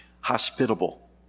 hospitable